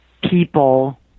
people